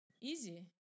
easy